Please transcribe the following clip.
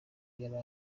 yari